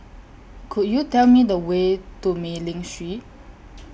Could YOU Tell Me The Way to Mei Ling Street